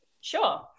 Sure